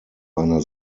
einer